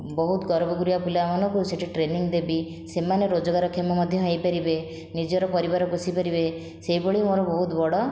ବହୁତ ଗରିବଗୁରୁବା ପିଲାମାନଙ୍କୁ ସେଠି ଟ୍ରେନିଂ ଦେବି ସେମାନେ ରୋଜଗାରକ୍ଷମ ମଧ୍ୟ ହୋଇପାରିବେ ନିଜର ପରିବାର ପୋଷିପାରିବେ ସେହିଭଳି ମୋର ବହୁତ ବଡ଼